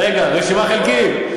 רגע, רשימה חלקית.